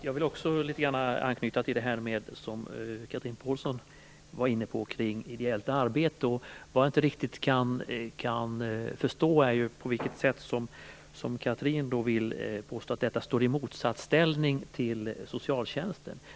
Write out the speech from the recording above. Fru talman! Jag vill också anknyta till det som Chatrine Pålsson var inne på om ideellt arbete. Jag kan inte riktigt förstå på vilket sätt Chatrine Pålsson vill påstå att detta står i motsatsställning till socialtjänsten.